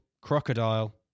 Crocodile